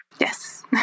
Yes